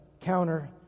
counter